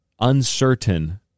uncertain